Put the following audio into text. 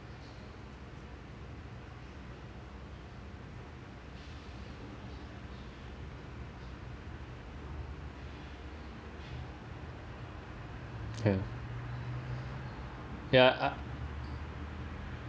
ya ya I